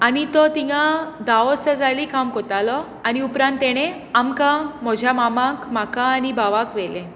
आनी तो थंय धा वर्सां जालीं काम करतालो आनी उपरांत तांणे आमकां म्हज्या मामाक म्हाका आनी भावाक व्हेले